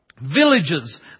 villages